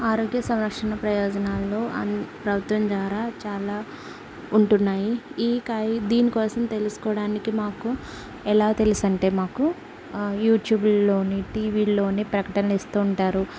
ఆరోగ్య సంరక్షణ ప్రయోజనాలు అన్ ప్రభుత్వం ద్వారా చాలా ఉంటున్నాయి ఈ కాయి దీనికోసం తెలుసుకోవడానికి మాకు ఎలా తెలుసు అంటే మాకు యూట్యూబ్ల్లోని టీవీల్లోని ప్రకటనలు ఇస్తూంటారు